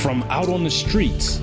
from out on the streets